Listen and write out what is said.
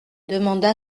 demanda